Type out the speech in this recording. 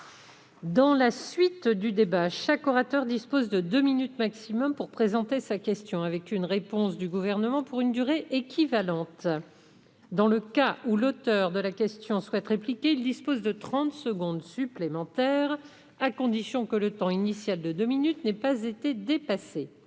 Je rappelle que chaque orateur dispose de deux minutes au maximum pour présenter sa question, suivie d'une réponse du Gouvernement pour une durée équivalente. Dans le cas où l'auteur de la question souhaite répliquer, il dispose de trente secondes supplémentaires, à la condition que le temps initial de deux minutes n'ait pas été dépassé.